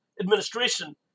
administration